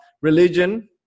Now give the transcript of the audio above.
religion